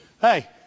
Hey